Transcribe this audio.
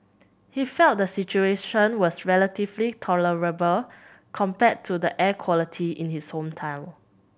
he felt the situation was relatively tolerable compared to the air quality in his hometown